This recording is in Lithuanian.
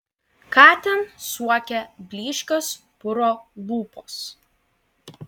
ką ten suokia blyškios puro lūpos